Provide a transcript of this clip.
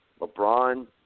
LeBron